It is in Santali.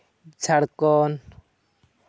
ᱡᱷᱟᱲᱠᱷᱚᱸᱰ